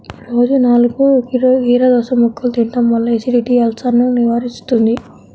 రోజూ నాలుగు కీరదోసముక్కలు తినడం వల్ల ఎసిడిటీ, అల్సర్సను నివారిస్తుంది